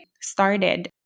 started